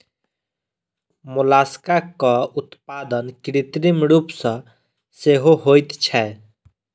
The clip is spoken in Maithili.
मोलास्कक उत्पादन कृत्रिम रूप सॅ सेहो होइत छै